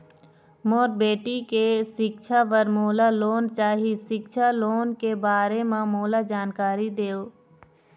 मोर बेटी के सिक्छा पर मोला लोन चाही सिक्छा लोन के बारे म मोला जानकारी देव?